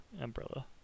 Umbrella